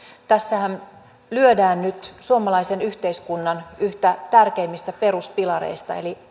tässähän lyödään nyt suomalaisen yhteiskunnan yhtä tärkeimmistä peruspilareista